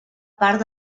part